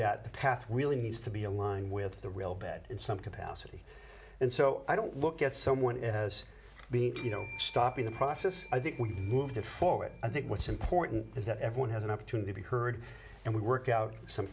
the path really needs to be aligned with the real bad in some capacity and so i don't look at someone as being stopping the process i think we moved it forward i think what's important is that everyone has an opportunity be heard and work out some